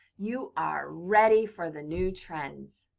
you are ready for the new trends.